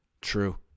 true